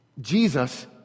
Jesus